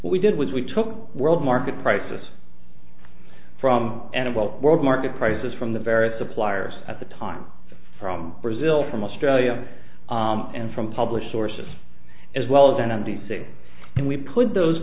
e we did was we took world market prices from animal world market prices from the various suppliers at the time from brazil from australia and from published sources as well as in m d c and we put those